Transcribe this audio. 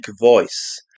voice